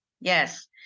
Yes